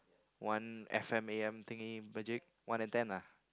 one F_M a_m thingy one antenna